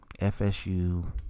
FSU